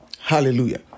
Hallelujah